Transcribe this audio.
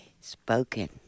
spoken